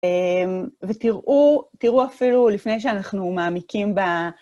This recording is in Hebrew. ותראו, תראו אפילו לפני שאנחנו מעמיקים ב...